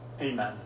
Amen